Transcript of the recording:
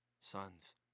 sons